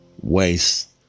waste